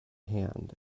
hand